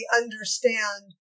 understand